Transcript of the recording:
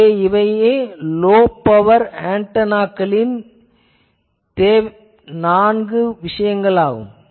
எனவே இவையே low power GPR ஆன்டெனாக்களின் நான்கு தேவைகளாகும்